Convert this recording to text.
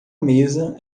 mesa